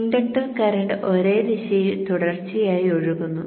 inductor current ഒരേ ദിശയിൽ തുടർച്ചയായി ഒഴുകുന്നു